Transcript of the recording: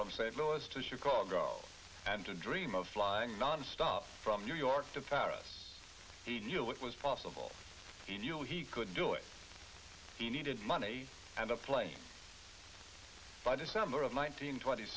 from st louis to chicago and to dream of flying nonstop from new york to paris he knew it was possible he knew he could do it he needed money and a plane by december of one nine hundred twenty